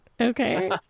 Okay